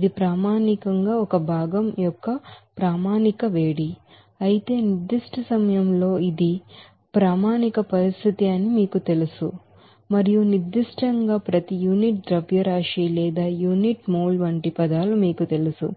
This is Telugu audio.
ఇది ప్రాథమికంగా ఒక భాగం యొక్క స్టాండర్డ్ హీట్ అయితే నిర్ధిష్ట సమయంలో ఇది ఒక స్టాండర్డ్ కండిషన్ అని మీకు తెలుసు మరియు నిర్ధిష్ట ంగా ప్రతి యూనిట్ మోల్ లేదా యూనిట్ మోల్ వంటి పదాలు మీకు తెలుసు